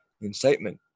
incitement